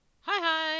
hi